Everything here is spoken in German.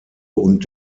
und